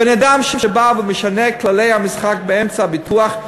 בן-אדם שבא ומשנה את כללי המשחק באמצע הביטוח,